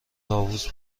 طاووس